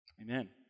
Amen